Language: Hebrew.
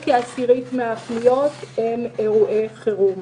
כעשירית מן הפניות הן אירועי חירום.